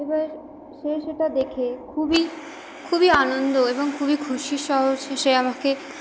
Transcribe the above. এবার সে সেটা দেখে খুবই খুবই আনন্দ এবং খুবই খুশিসহ সে আমাকে